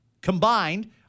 combined